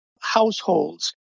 households